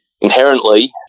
inherently